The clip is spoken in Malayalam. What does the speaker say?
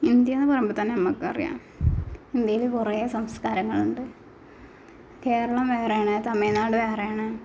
ഇന്ത്യ എന്ന് പറയുമ്പം തന്നെ നമുക്ക് അറിയാം ഇന്ത്യയിൽ കുറേ സംസ്കാരങ്ങളുണ്ട് കേരളം വേറെയാണ് തമിഴ്നാട് വേറെയാണ്